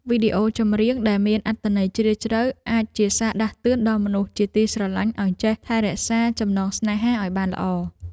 វីដេអូចម្រៀងដែលមានអត្ថន័យជ្រាលជ្រៅអាចជាសារដាស់តឿនដល់មនុស្សជាទីស្រឡាញ់ឱ្យចេះថែរក្សាចំណងស្នេហាឱ្យបានល្អ។